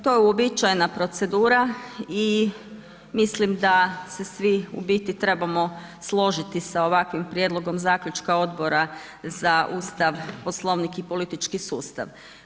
To je uobičajena procedura i mislim da se svi u biti trebamo složiti sa ovakvim prijedlogom zaključka Odbora za Ustav, Poslovnik i politički sustav.